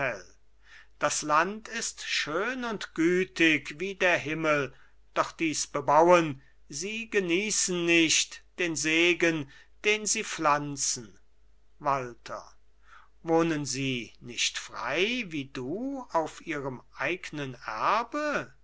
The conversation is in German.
das land ist schön und gütig wie der himmel doch die's bebauen sie geniessen nicht den segen den sie pflanzen walther wohnen sie nicht frei wie du auf ihrem eignen erbe